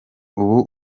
uba